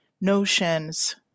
notions